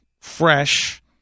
fresh